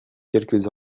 quelques